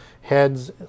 heads